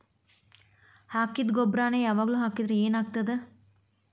ಹಾಕಿದ್ದ ಗೊಬ್ಬರಾನೆ ಯಾವಾಗ್ಲೂ ಹಾಕಿದ್ರ ಏನ್ ಆಗ್ತದ?